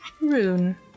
Rune